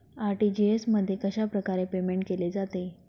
RTGS मध्ये कशाप्रकारे payment केले जाते?